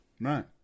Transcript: Right